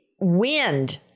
wind